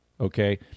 okay